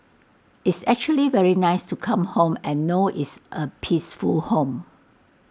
it's actually very nice to come home and know it's A peaceful home